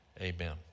amen